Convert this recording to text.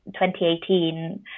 2018